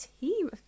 team